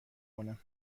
کنم